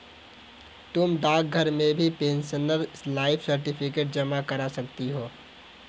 तुम डाकघर में भी पेंशनर लाइफ सर्टिफिकेट जमा करा सकती हो